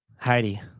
Heidi